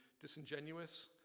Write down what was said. disingenuous